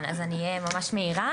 אז אני אהיה ממש מהירה.